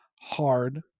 hard